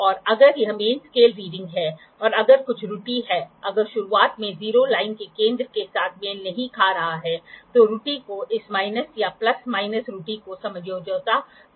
और अगर यह मेन स्केल रीडिंग है और अगर कुछ त्रुटि है अगर शुरुआत में 0 लाइन के केंद्र के साथ मेल नहीं खा रहा है तो त्रुटि को इस माइनस या प्लस माइनस त्रुटि को समायोजित करना होगा